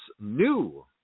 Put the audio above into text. new